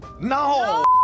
No